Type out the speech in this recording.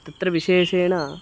तत्र विशेषेण